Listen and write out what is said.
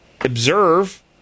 observe